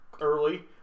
early